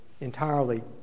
Entirely